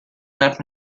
not